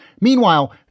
Meanwhile